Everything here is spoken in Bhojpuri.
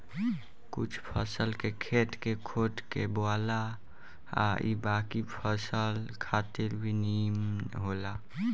कुछ फसल के खेत के खोद के बोआला आ इ बाकी फसल खातिर भी निमन होला